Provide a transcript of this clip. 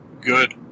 good